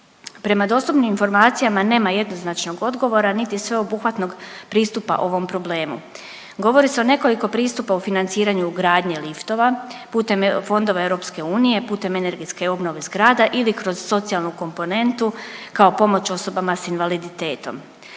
Prema dostupnim informacijama nema jednoznačnog odgovora niti sveobuhvatnog pristupa ovom problemu. Govori se o nekoliko pristupa u financiranju ugradnje liftova putem fondova EU, putem energetske obnove zgrada ili kroz socijalnu komponentu kao pomoć osobama s invaliditetom.